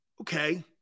Okay